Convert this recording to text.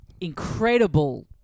incredible